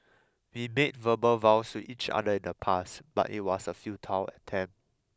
we made verbal vows to each other in the past but it was a futile attempt